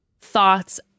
thoughts